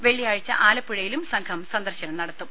വെള്ളിയാഴ്ച ആലപ്പുഴയിലും സംഘം സന്ദർശനം നടത്തും